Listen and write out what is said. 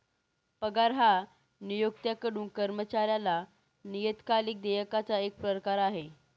पगार हा नियोक्त्याकडून कर्मचाऱ्याला नियतकालिक देयकाचा एक प्रकार आहे